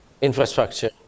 infrastructure